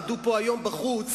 עמדו פה היום בחוץ